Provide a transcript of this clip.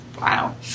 wow